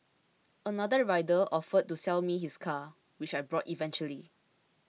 another rider offered to sell me his car which I bought eventually